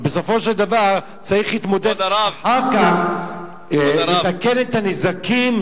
ובסופו של דבר צריך להתמודד ואחר כך לתקן את הנזקים,